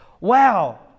wow